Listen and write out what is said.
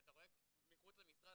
וכשאתה רואה מחוץ למשרד